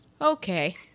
okay